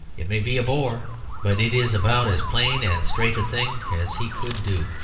it may be a bore but it is about as plain and straight a thing as he could do.